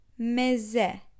Meze